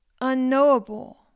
unknowable